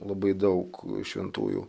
labai daug šventųjų